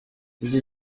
iki